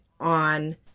on